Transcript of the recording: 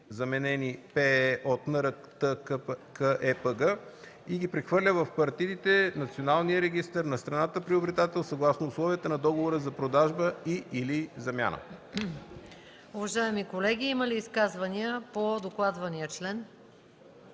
заменени ПЕЕ от НРТКЕПГ и ги прехвърля в партидите/националния регистър на страната приобретател съгласно условията на договора за продажба и/или замяна.”